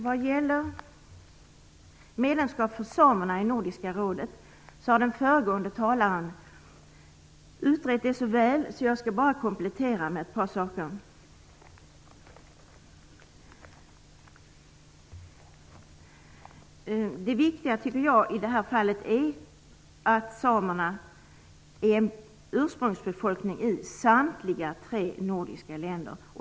Vad gäller medlemskap för samerna i Nordiska rådet har den föregående talaren utrett det så väl att jag bara skall komplettera med ett par saker. Det viktiga i det här fallet tycker jag är att samerna är ursprungsbefolkning i samtliga tre nordiska länder.